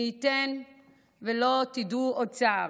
מי ייתן ולא תדעו עוד צער.